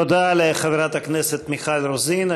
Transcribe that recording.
תודה לחברת הכנסת מיכל רוזין.